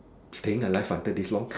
staying alive until this long